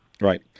Right